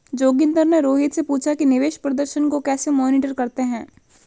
जोगिंदर ने रोहित से पूछा कि निवेश प्रदर्शन को कैसे मॉनिटर करते हैं?